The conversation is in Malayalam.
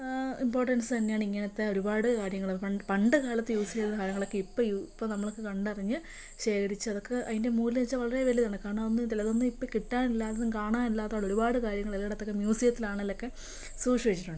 ഇമ്പോർട്ടൻസ് തന്നെയാണ് ഇങ്ങനത്തെ ഒരുപാട് കാര്യങ്ങള് പണ്ട് പണ്ടുകാലത്ത് യൂസ് ചെയ്ത കാര്യങ്ങളൊക്കെ ഇപ്പം ഇപ്പം നമ്മൾ കണ്ടറിഞ്ഞ് ശേഖരിച്ച് അതൊക്കെ അതിൻ്റെ മൂല്യം എന്നു വെച്ചാൽ വളരെ വലുതാണ് കാരണം അതൊന്നും ഇപ്പം കിട്ടാനില്ലാത്തതും കാണാനില്ലാത്തതുമായ ഒരുപാട് കാര്യങ്ങൾ ചിലയിടത് മ്യൂസിയത്തിലാണെങ്കിലു മൊക്കെ സൂക്ഷിച്ചു വെച്ചിട്ടുണ്ട്